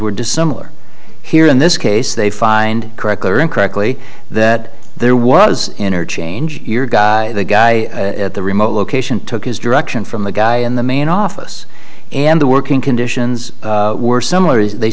were dissimilar here in this case they find correctly or incorrectly that there was interchange the guy at the remote location took his direction from the guy in the main office and the working conditions were similar as they